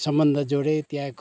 सम्बन्ध जोडेँ त्यहाँको